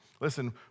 Listen